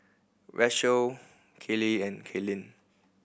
Rachelle Kelley and Caitlynn